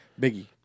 Biggie